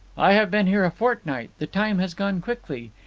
i have been here a fortnight. the time has gone quickly.